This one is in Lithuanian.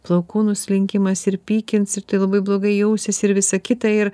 plaukų nuslinkimas ir pykins ir tai labai blogai jausis ir visa kita ir